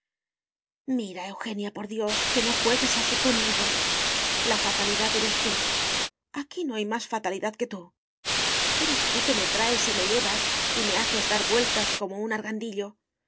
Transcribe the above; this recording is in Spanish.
eugenia por dios que no juegues así conmigo la fatalidad eres tú aquí no hay más fatalidad que tú eres tú que me traes y me llevas y me haces dar vueltas como un